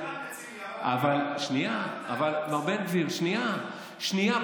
משפטן רציני, מר בן גביר, שנייה, שנייה.